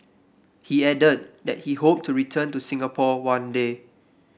he added that he hoped to return to Singapore one day